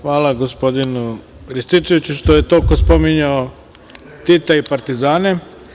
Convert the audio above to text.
Hvala gospodinu Rističeviću što je toliko spominjao Tita i partizane.